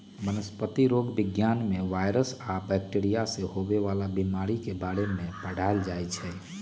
वनस्पतिरोग विज्ञान में वायरस आ बैकटीरिया से होवे वाला बीमारी के बारे में पढ़ाएल जाई छई